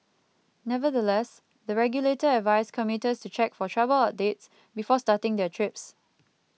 nevertheless the regulator advised commuters to check for travel updates before starting their trips